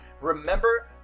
Remember